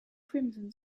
crimson